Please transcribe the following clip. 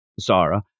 Zara